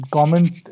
Comment